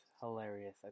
hilarious